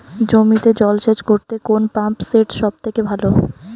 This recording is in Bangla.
জমিতে জল সেচ করতে কোন পাম্প সেট সব থেকে ভালো?